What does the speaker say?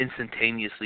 instantaneously